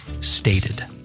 stated